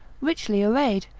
richly arrayed,